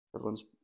Everyone's